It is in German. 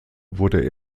wurde